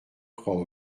croient